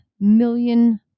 million